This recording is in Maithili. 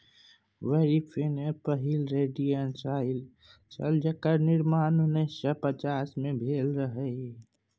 वारफेरिन पहिल रोडेंटिसाइड छल जेकर निर्माण उन्नैस सय पचास मे भेल रहय